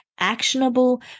actionable